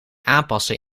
aanpassen